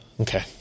Okay